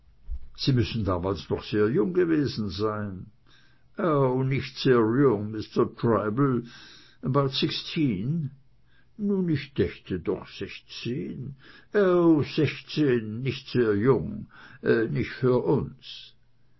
sie müssen damals noch sehr jung gewesen sein o nicht sehr jung mister treibel about sixteen nun ich dächte doch sechzehn oh sechzehn nicht sehr jung nicht für uns